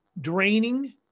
draining